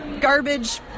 garbage